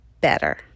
better